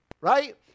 right